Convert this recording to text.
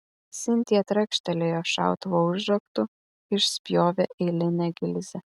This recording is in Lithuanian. sintija trakštelėjo šautuvo užraktu išspjovė eilinę gilzę